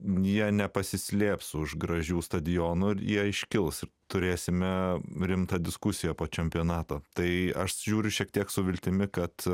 nepasislėps už gražių stadionų ir jie iškils turėsime rimtą diskusiją po čempionato tai aš žiūriu šiek tiek su viltimi kad